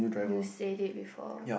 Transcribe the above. you said it before